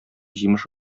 җимеш